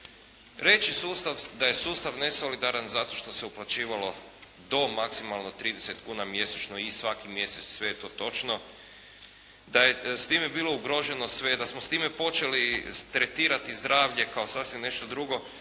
Reći da je sustav nesolidaran zato što se uplaćivalo do maksimalno 30 kuna mjesečno i svaki mjesec sve je to točno. Da je s time bilo ugroženo sve i da smo s time počeli tretirati zdravlje kao sasvim nešto drugo